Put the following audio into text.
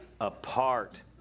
apart